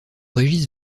régis